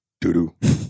doo-doo